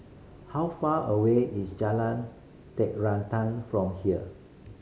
how far away is Jalan Terantang from here